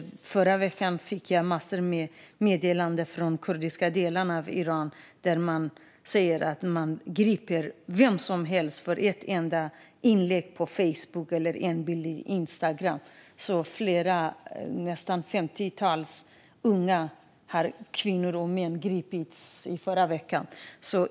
Förra veckan fick jag massor av meddelanden från de kurdiska delarna av Iran, där man säger att vem som helst grips för ett enda inlägg på Facebook eller en bild på Instagram. Nästan ett femtiotal unga kvinnor och män greps i förra veckan.